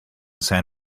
san